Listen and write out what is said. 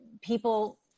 people